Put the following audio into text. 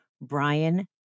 Brian